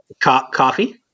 Coffee